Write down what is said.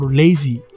lazy